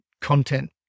content